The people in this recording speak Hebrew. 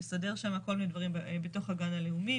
לסדר כל מיני דברים בתוך הגן הלאומי,